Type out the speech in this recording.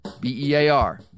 B-E-A-R